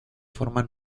forman